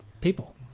people